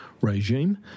regime